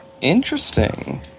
Interesting